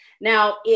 Now